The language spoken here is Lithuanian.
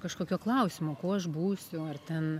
kažkokio klausimo kuo aš būsiu ar ten